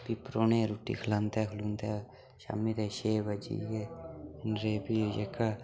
फ्ही परौह्न रुट्टी खलांदे खुलांदे शाम्मी दे छे बज्जी गे इन्ने चिर फ्ही जेह्का